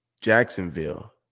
Jacksonville